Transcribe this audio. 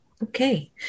Okay